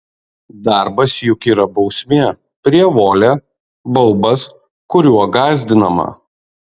darbas juk yra bausmė prievolė baubas kuriuo gąsdinama